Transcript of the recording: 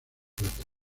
plata